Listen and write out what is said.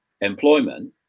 employment